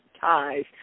ties